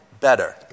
better